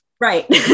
Right